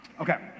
Okay